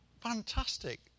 fantastic